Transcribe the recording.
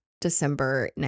December